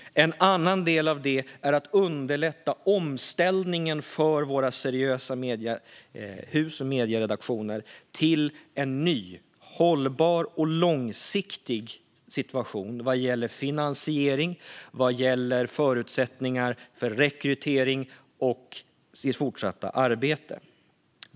En annan del är att underlätta omställningen för våra seriösa mediehus och medieredaktioner till en ny, hållbar och långsiktig situation vad gäller finansiering, förutsättningar för rekrytering och det fortsatta arbetet.